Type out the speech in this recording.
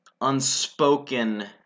unspoken